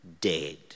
dead